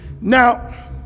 Now